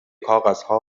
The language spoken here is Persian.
کاغذها